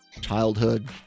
childhood